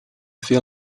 feel